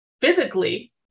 physically